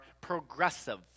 progressive